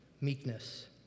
meekness